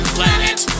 Planet